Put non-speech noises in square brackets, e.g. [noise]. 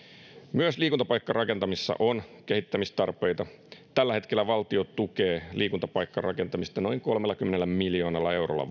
myös liikuntapaikkarakentamisessa on kehittämistarpeita tällä hetkellä valtio tukee liikuntapaikkarakentamista vuodessa noin kolmellakymmenellä miljoonalla eurolla [unintelligible]